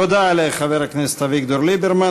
תודה לחבר הכנסת אביגדור ליברמן.